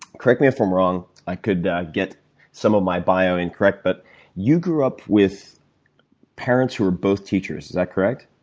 correct me if i'm wrong. i could get some of my bio incorrect, but you grew up with parents who were both teachers. is that correct?